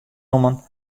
nommen